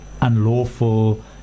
unlawful